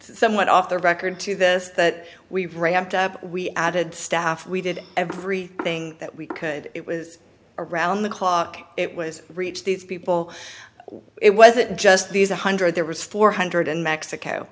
somewhat off the record to this that we've ramped up we added staff we did everything that we could it was around the clock it was reach these people it wasn't just these one hundred there was four hundred in mexico